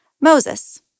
Moses